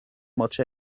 much